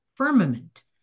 firmament